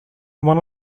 one